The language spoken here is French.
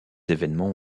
évènements